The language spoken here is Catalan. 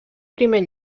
primer